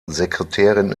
sekretärin